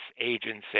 Agency